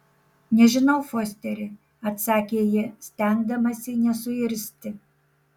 nežinau fosteri atsakė ji stengdamasi nesuirzti